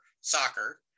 soccer